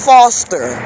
Foster